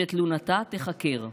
שתלונתה תיחקר.